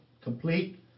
complete